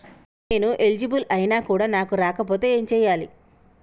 నేను ఎలిజిబుల్ ఐనా కూడా నాకు రాకపోతే ఏం చేయాలి?